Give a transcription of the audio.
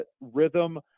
rhythm